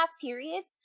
periods